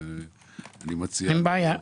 אין בעיה.